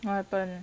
what happen